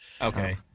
Okay